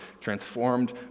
transformed